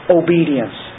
obedience